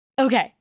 Okay